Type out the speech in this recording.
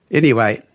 anyway,